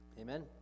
Amen